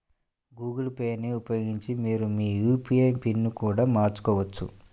Google Pay ని ఉపయోగించి మీరు మీ యూ.పీ.ఐ పిన్ని కూడా మార్చుకోవచ్చు